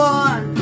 one